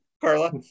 Carla